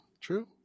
true